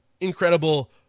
incredible